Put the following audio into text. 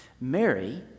Mary